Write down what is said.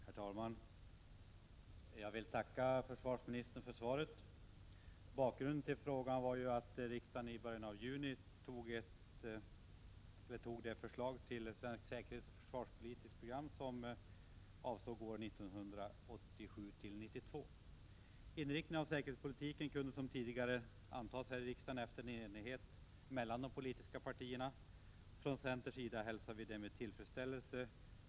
Herr talman! Jag vill tacka försvarsministern för svaret. Bakgrunden till frågan var att riksdagen i början av juni fattade beslut om förslaget till säkerhetsoch försvarspolitiskt program avseende åren 1987-1992. Förslaget till inriktning av säkerhetspolitiken kunde, som tidigare, antas här i riksdagen i enighet mellan de politiska partierna. Från centerns sida hälsar vi det med tillfredsställelse.